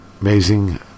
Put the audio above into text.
Amazing